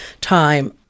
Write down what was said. time